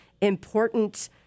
important